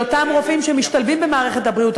של אותם רופאים שמשתלבים במערכת הבריאות,